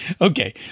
Okay